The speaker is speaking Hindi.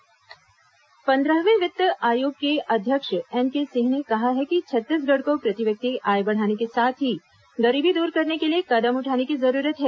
वित्त आयोग पंद्रहवें वित्त आयोग के अध्यक्ष एनके सिंह ने कहा है कि छत्तीसगढ़ को प्रति व्यक्ति आय बढ़ाने के साथ ही गरीबी दूर करने के लिए कदम उठाने की जरूरत है